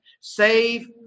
Save